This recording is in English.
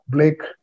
Blake